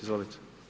Izvolite.